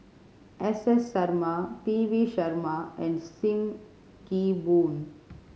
S S Sarma P V Sharma and Sim Kee Boon